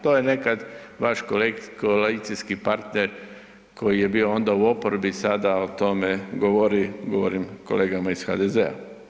To je nekad vaš koalicijski partner koji je onda bio u oporbi, sada o tome govori, govorim kolegama iz HDZ-a.